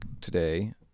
today